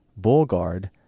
BullGuard